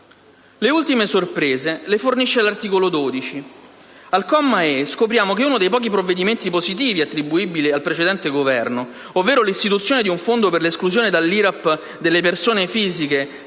Le ultime sorprese fornisce l'articolo 12. Alla lettera *e)* scopriamo che uno dei pochi provvedimenti positivi attribuibili al precedente Governo, ovvero 1'istituzione di un fondo per l'esclusione dall'IRAP delle persone fisiche